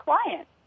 client